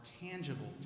tangible